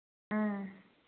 ꯎꯝ